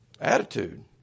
Attitude